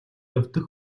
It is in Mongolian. явдаг